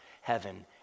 heaven